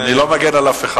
אני לא מגן על אף אחד.